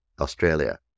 Australia